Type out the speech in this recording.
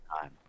time